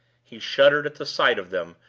he shuddered at the sight of them,